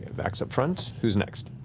vax up front. who's next?